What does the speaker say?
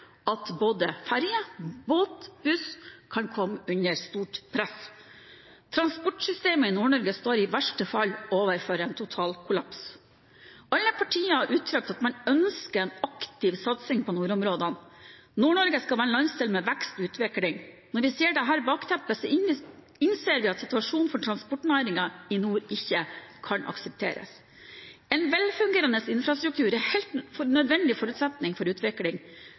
at både ferge, båt og buss kan komme under stort press. Transportsystemet i Nord-Norge står i verste fall overfor en totalkollaps. Alle partier har uttrykt at man ønsker en aktiv satsing på nordområdene. Nord-Norge skal være en landsdel med vekst og utvikling. Når vi ser dette bakteppet, innser vi at situasjonen for transportnæringen i nord ikke kan aksepteres. En velfungerende infrastruktur er en helt nødvendig forutsetning for utvikling.